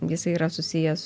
jisai yra susijęs